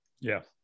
Yes